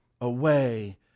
away